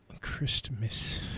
Christmas